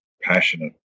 passionate